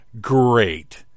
great